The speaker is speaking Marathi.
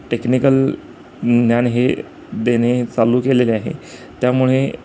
टेक्निकल ज्ञान हे देणे चालू केलेले आहे त्यामुळे